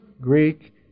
Greek